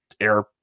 air